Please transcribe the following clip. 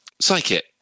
psychic